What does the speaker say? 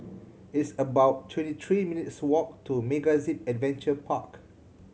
it's about twenty three minutes' walk to MegaZip Adventure Park